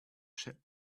ship